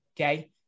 Okay